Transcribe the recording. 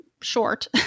short